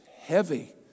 heavy